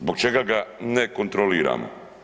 Zbog čega ga ne kontroliramo?